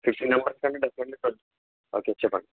sixteen మెంబర్స్కి అంటే డెఫినెట్లీగా ఓకే చెప్పండి